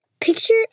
Picture